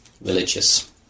religious